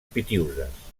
pitiüses